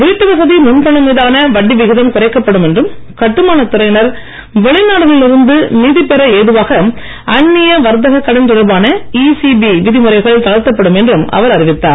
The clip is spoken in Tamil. வீட்டுவசதி முன்பணம் மீதான வட்டி விகிதம் குறைக்கப்படும் என்றும் கட்டுமானத் துறையினர் வெளிநாடுகளில் இருந்து நிதி பெற ஏதுவாக அந்நிய வர்த்தகக் கடன் தொடர்பான ஈசிபி விதிழுறைகள் தளர்த்தப்படும் என்றும் அவர் அறிவித்தார்